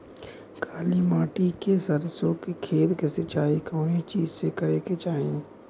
काली मिट्टी के सरसों के खेत क सिंचाई कवने चीज़से करेके चाही?